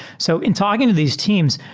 so in talking to these teams,